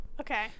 Okay